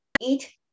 eat